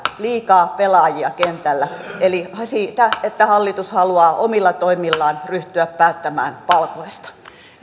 liikaa pelaajia kentällä eli siitä että hallitus haluaa omilla toimillaan ryhtyä päättämään palkoista